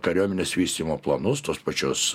kariuomenės vystymo planus tos pačios